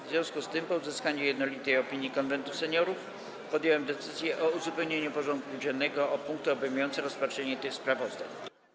W związku z tym, po uzyskaniu jednolitej opinii Konwentu Seniorów, podjąłem decyzję o uzupełnieniu porządku dziennego o punkty obejmujące rozpatrzenie tych sprawozdań.